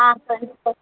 ஆ